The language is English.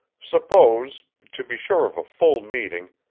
suppose, to be sure of a full meeting,